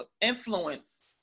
influence